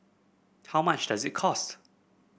how much does it cost